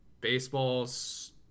Baseball's